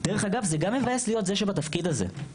דרך אגב זה גם מבאס להיות זה שבתפקיד הזה,